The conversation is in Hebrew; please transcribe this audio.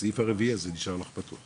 נשאר לך פתוח